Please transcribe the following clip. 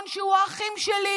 המון שהוא האחים שלי,